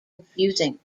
confusing